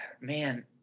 man